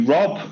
Rob